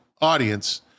audience